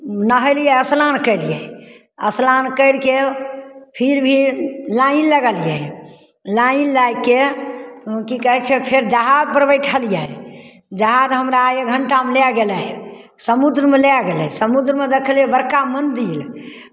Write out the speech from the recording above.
नहेलियै स्नान केलियै स्नान करि कऽ फिर भी लाइन लगलियै लाइन लागि कऽ की कहै छै फेर जहाजपर बैठलियै जहाज हमरा एक घण्टामे लए गेलै समुद्रमे लए गेलै समुद्रमे देखलियै बड़का मन्दिर